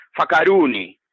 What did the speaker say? Fakaruni